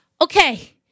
Okay